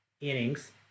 innings